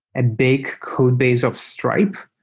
a big codebase of stripe,